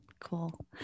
Cool